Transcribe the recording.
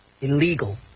illegal